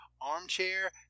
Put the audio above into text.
armchair